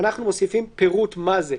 אנחנו מוסיפים פירוט מה זה: